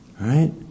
right